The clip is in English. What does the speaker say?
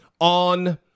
on